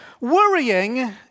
Worrying